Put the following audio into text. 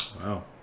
Wow